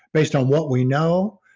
based on what we know,